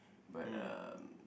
but um